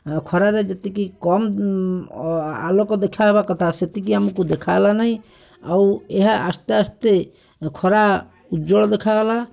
ଖରାରେ ଯେତିକି କମ୍ ଆଲୋକ ଦେଖା ହେବାକଥା ସେତିକି ଆମକୁ ଦେଖାହେଲା ନାହିଁ ଆଉ ଏହା ଆସ୍ତେ ଆସ୍ତେ ଖରା ଉଜ୍ଜଳ ଦେଖାଗଲା